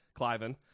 Cliven